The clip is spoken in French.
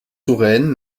touraine